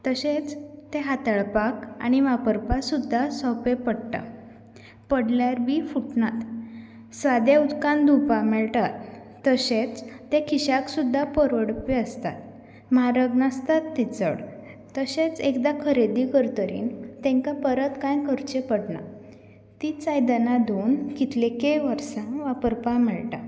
तशेंच तें हाताळपाक आनी वापरपाक सुद्दां सोंपें पडटा पडल्यार बी फुटनात साद्या उदकान धुवपा मेळटा तशेंच तें खिशाक सुद्दां परवडपी आसतात म्हारग नासतात तीं चड तशेंच एकदां खरेदी करतगेर तेंकां परत कांय करचें पडना तींच आयदनां धुवन कितलेके वर्सां वापरपा मेळटा